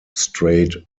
straight